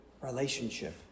relationship